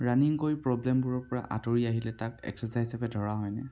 running কৰি প্ৰব্লেমবোৰৰ পৰা আঁতৰি আহিলে তাক একচাৰচাইজ হিচাপে ধৰা হয়নে